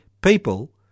people